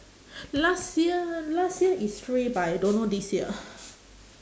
last year last year is free but I don't know this year